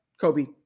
Kobe